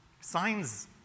Signs